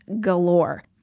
galore